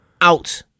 out